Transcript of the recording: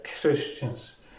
Christians